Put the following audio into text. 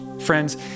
Friends